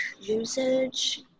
usage